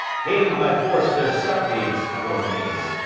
haling by force their suppliants, poor maids.